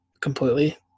completely